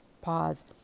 Pause